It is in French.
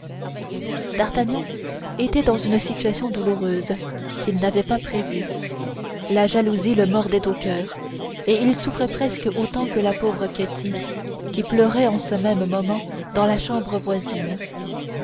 d'artagnan était dans une situation douloureuse qu'il n'avait pas prévue la jalousie le mordait au coeur et il souffrait presque autant que la pauvre ketty qui pleurait en ce même moment dans la chambre voisine